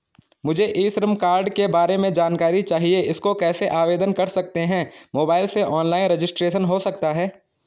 मुझे e Shram card के बारे में जानकारी चाहिए इसको कैसे आवेदन कर सकते हैं मोबाइल से ऑनलाइन रजिस्ट्रेशन हो सकता है?